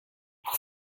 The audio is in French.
vous